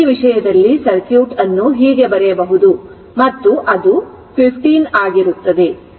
ಈ ವಿಷಯದಲ್ಲಿ ಸರ್ಕ್ಯೂಟ್ ಅನ್ನು ಹೀಗೆ ಬರೆಯಬಹುದು ಮತ್ತು ಅದು 15 ಆಗಿರುತ್ತದೆ